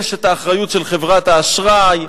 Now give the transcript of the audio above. יש האחריות של חברת האשראי,